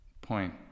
point